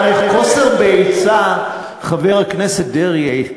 חבר הכנסת דרעי,